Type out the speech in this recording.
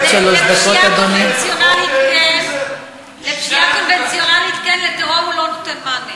לפשיעה קונבנציונלית כן, לטרור הוא לא נותן מענה.